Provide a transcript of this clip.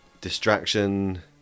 Distraction